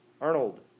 Arnold